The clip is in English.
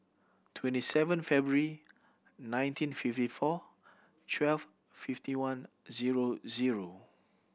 twenty seven February nineteen fifty four twelve fifty one zero zero